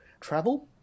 travel